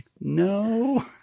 no